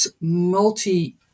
multi